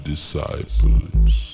Disciples